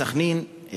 בסח'נין,